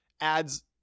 adds